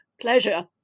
Pleasure